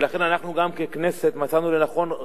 ולכן אנחנו גם ככנסת מצאנו לנכון,